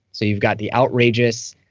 so you've got the outrageous.